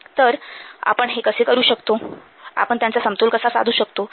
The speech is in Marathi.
तर आपण हे कसे करू शकतो आपण त्यांचा समतोल कसा साधू शकतो